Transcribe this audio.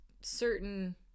certain